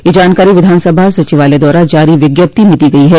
यह जानकारी विधानसभा सचिवालय द्वारा जारी विज्ञप्ति में दी गयी है